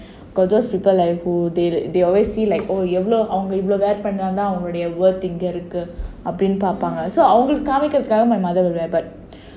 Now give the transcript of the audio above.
got those people like who they they always see like oh you're எவ்ளோ:evlo so அவங்க இங்க இருக்கு:avanga inga irukku my mother will wear but